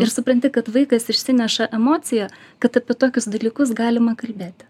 ir supranti kad vaikas išsineša emociją kad apie tokius dalykus galima kalbėti